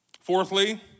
Fourthly